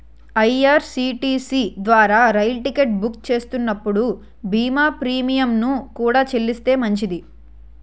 IRCTC ద్వారా రైలు ticket book చేస్తున్నప్పుడు బీమా ప్రీమియంను కూడా చెల్లిస్తే మంచిది